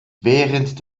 während